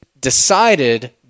decided